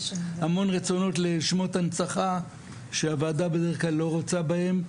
המון רצונות לשמות הנצחה שהוועדה בדרך כלל לא רוצה בהם,